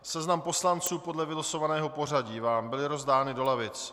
Seznam poslanců podle vylosovaného pořadí vám byl rozdán do lavic.